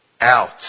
out